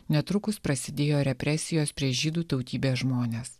netrukus prasidėjo represijos prieš žydų tautybės žmones